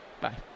Bye